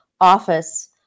office